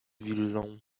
willą